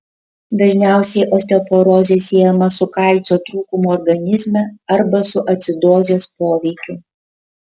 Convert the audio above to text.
dažniausiai osteoporozė siejama su kalcio trūkumu organizme arba su acidozės poveikiu